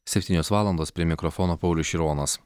septynios valandos prie mikrofono paulius šironas